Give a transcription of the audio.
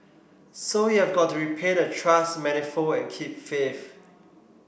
so you have got to repay the trust manifold and keep faith